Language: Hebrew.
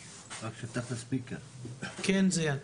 אני זיאד